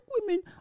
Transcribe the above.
women